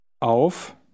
Auf